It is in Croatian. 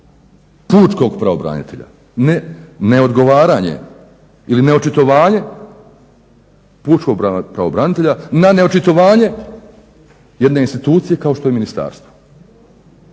pučkog pravobranitelja, neodgovaranje ili neočitovanje pučkog pravobranitelja na neočitovanje jedne institucije kao što je ministarstvo.